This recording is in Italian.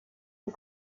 del